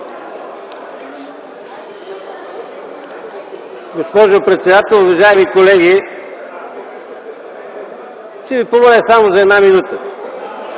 Госпожо председател, уважаеми колеги, ще Ви помоля само за една минута.